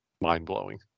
mind-blowing